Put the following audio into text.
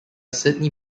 sydney